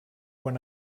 when